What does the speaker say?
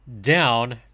down